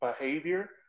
behavior